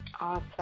Awesome